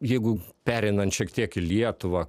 jeigu pereinant šiek tiek į lietuvą